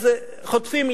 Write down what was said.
אז חוטפים,